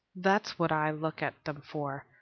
that's what i look at them for.